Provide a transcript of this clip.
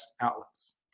outlets